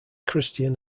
christian